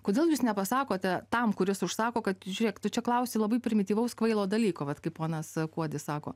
kodėl jūs nepasakote tam kuris užsako kad žiūrėk tu čia klausi labai primityvaus kvailo dalyko vat kaip ponas kuodis sako